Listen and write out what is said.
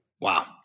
Wow